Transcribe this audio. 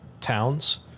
towns